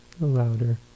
louder